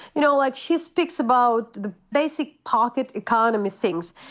you know, like, she speaks about the basic pocket economy things.